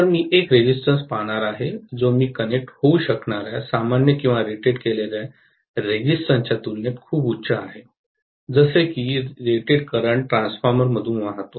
तर मी एक रेजिस्टन्स पाहणार आहे जो मी कनेक्ट होऊ शकणार्या सामान्य किंवा रेटड केलेल्या रेजिस्टन्स च्या तुलनेत खूप उच्च आहे जसे की रेटेड करंट ट्रान्सफॉर्मर मधून वाहतो